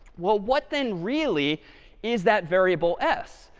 well, what then really is that variable s?